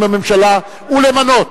החלטתה לשנות את חלוקת התפקידים בממשלה ולמנות